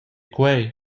quei